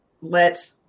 let